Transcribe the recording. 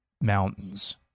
mountains